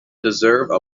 deserve